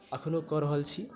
एखनहु कऽ रहल छी